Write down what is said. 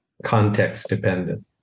Context-dependent